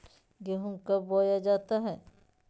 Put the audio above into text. गेंहू कब बोया जाता हैं?